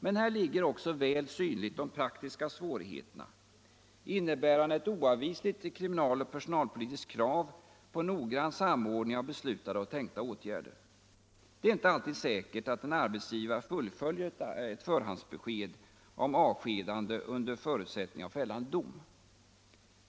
Men här ligger också väl synliga de praktiska svårigheterna, innebärande ett oavvisligt kriminaloch personalpolitiskt krav på noggrann sam 193 ordning av beslutade och tänkta åtgärder. Det är inte alltid säkert att en arbetsgivare fullföljer ett förhandsbesked om avskedanden under förutsättning av fällande dom.